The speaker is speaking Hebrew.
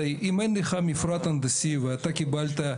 הרי אם אין לך מפרט הנדסי ואתה קיבלת,